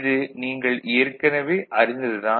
இது நீங்கள் ஏற்கனவே அறிந்தது தான்